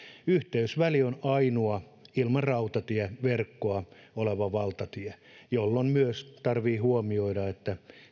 yhteysväli on ainut ilman rautatieverkkoa oleva valtatie jolloin myös tarvitsee huomioida että